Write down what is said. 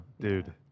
dude